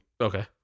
Okay